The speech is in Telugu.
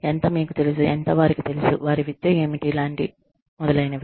ఎంత మీకు తెలుసు ఎంత వారికి తెలుసు వారి విద్య ఏమిటి లాంటి మొదలైనవి